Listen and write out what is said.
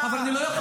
אבל אני לא יכול,